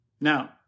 Now